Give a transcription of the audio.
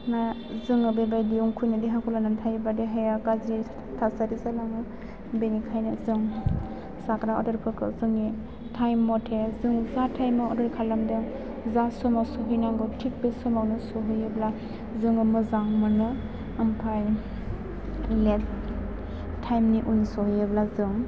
ना जोङो बेबायदि उखैनाय देहाखौ लानानै थायोबा देहाया गाज्रि थासारि जालाङो बेनिखायनो जों जाग्रा आदारफोरखौ जोंनि टाइम मथे जों जा टाइमआव अर्डार खालामदों जा समाव सौहैनांगौ थि बे समावनो सौहैयोब्ला जोङो मोजां मोनो ओमफ्राय लेट टाइमनि उन सौहैयोब्ला जों